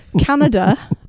Canada